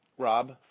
rob